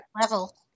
level